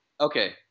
Okay